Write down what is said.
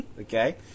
Okay